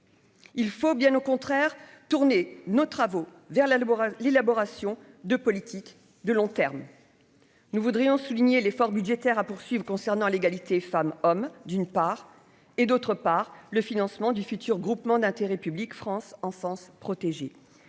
Il faut, bien au contraire tourner nos travaux vers la Laboral, l'élaboration de politiques de long terme, nous voudrions souligner l'effort budgétaire à poursuivent concernant l'égalité femmes-hommes, d'une part et d'autre part, le financement du futur groupement d'intérêt public France Enfance protégée: